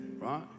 right